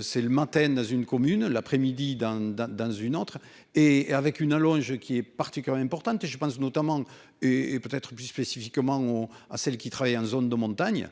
C'est le matin dans une commune l'après-midi dans dans dans une autre et avec une allonge qui est parti quand même importante et je pense notamment et et peut être plus spécifiquement ou à celle qui travaillent en zone de montagne,